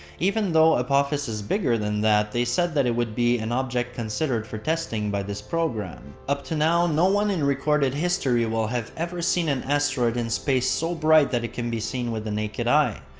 even though apophis is bigger than that, they said that it would be an object considered for testing by this program. up to now, no one in recorded history will have ever seen an asteroid in space so bright that it can be seen with the naked eye.